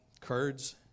Kurds